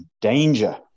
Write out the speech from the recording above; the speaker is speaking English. danger